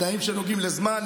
תנאים שנוגעים לזמן,